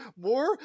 more